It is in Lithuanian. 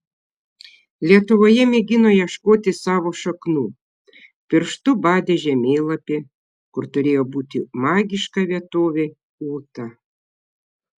lietuvoje mėgino ieškoti savo šaknų pirštu badė žemėlapį kur turėjo būti magiška vietovė ūta